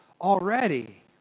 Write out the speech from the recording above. already